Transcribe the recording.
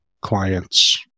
clients